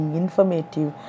informative